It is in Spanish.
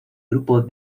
grupo